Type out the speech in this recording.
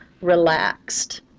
relaxed